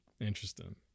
Interesting